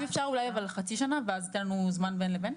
אם אפשר אולי אבל לחצי שנה ואז יינתן לנו זמן של בין לבין?